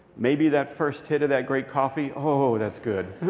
maybe that first hit of that great coffee. oh, that's good.